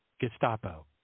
Gestapo